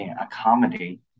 accommodate